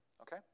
Okay